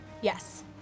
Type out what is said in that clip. yes